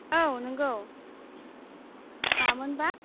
औ नंगौ मामोनबा